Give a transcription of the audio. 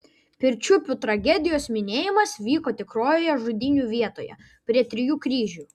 pirčiupių tragedijos minėjimas vyko tikrojoje žudynių vietoje prie trijų kryžių